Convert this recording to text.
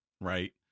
Right